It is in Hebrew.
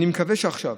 אני מקווה שעכשיו,